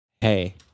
Hey